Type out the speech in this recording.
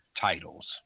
Titles